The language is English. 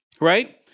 right